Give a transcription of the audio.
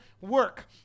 work